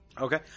Okay